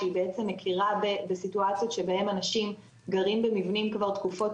שהיא בעצם מכירה בסיטואציות בהם אנשים גרים במבנים כבר תקופות